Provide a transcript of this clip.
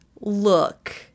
look